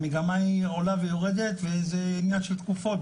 המגמה עולה ויורדת וזה ענין של תקופות.